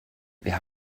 wir